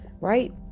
right